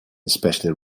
especially